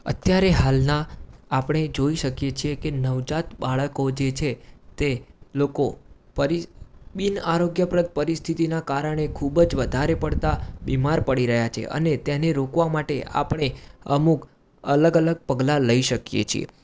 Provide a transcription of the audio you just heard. અત્યારે હાલના આપણે જોઈ શકીએ છીએ કે નવજાત બાળકો જે છે તે લોકો પરી બિનઆરોગ્યપ્રદ પરિસ્થિતિના કારણે ખૂબજ વધારે પડતા બીમાર પડી રહ્યા છે અને તેને રોકવા માટે આપણે અમુક અલગ અલગ પગલાં લઈ શકીએ છે